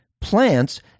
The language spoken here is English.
plants